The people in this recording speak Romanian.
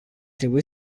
trebui